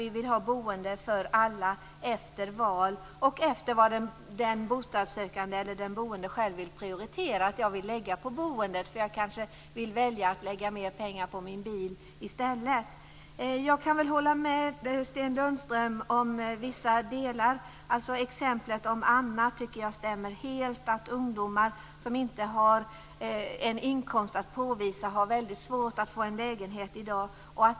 Vi vill ha boende för alla efter val och efter vad den boende själv vill prioritera. Den boende kanske vill lägga mer pengar på sin bil i stället för på boendet. Jag kan hålla med Sten Lundström om vissa delar. Jag tycker att exemplet om Anna stämmer helt. Ungdomar som inte kan påvisa någon fast inkomst har väldigt svårt att få lägenhet i dag.